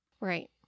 Right